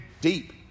deep